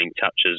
touches